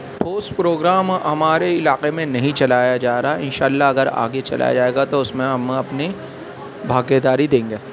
ٹھوس پروگرام ہمارے علاقے میں نہیں چلایا جا رہا ہے ان شاء اللہ اگر آگے چلایا جائے گا تو اس میں ہم اپنی بھاگیداری دیں گے